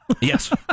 Yes